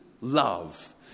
love